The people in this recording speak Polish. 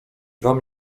wam